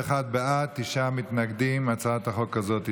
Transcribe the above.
את הצעת חוק להסדרת מגורים בשטחי מרעה,